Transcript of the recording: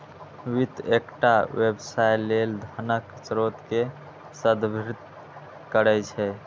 वित्त एकटा व्यवसाय लेल धनक स्रोत कें संदर्भित करै छै